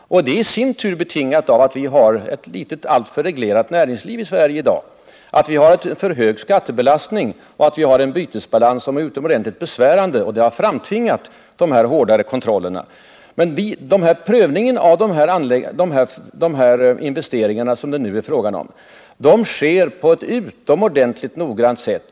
Detta är i sin tur betingat av att vi i Sverige i dag har ett alltför reglerat näringsliv, en för hög skattebelastning och en bytesbalansbrist som är utomordentligt besvärande. Allt detta har framtvingat dessa hårdare kontroller. Men prövningen av de direktinvesteringar som det nu är fråga om sker på ett utomordentligt noggrant sätt.